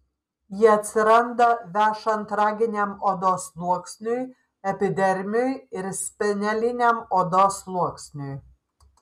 jie atsiranda vešant raginiam odos sluoksniui epidermiui ir speneliniam odos sluoksniui